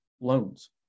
loans